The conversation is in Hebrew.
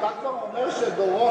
אתה כבר אומר שדורון,